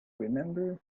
remember